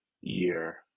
year